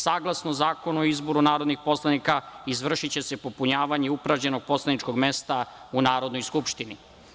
Saglasno Zakonu o izboru narodnih poslanika, izvršiće se popunjavanje upražnjenog poslaničkog mesta u Narodnoj skupštini.